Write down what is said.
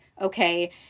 okay